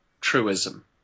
truism